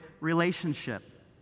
relationship